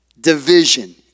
division